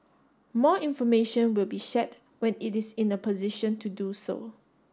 more information will be shared when it is in a position to do so